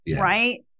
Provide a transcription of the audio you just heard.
right